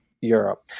Europe